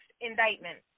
indictment